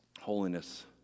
holiness